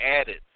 added